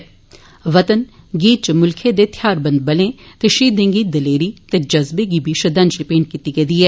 वतन गीत च मुल्खै दे थेआरबंद बलें ते शहीदें दी दिलेरी ते जज्वे गी बी श्रद्धांजलि भेंट कीती गेदी ऐ